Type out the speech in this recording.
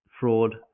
fraud